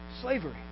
slavery